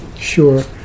sure